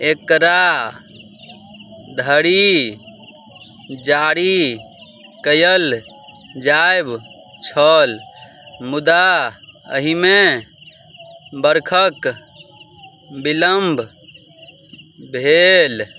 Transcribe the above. एकरा धरि जारी कयल जायब छल मुदा अहिमे बरखक बिलम्ब भेल